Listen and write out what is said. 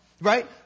right